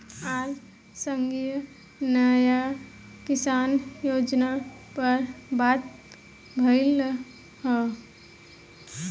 आज संघीय न्याय किसान योजना पर बात भईल ह